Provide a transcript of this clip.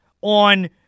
on